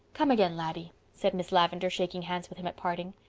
come again, laddie, said miss lavendar, shaking hands with him at parting.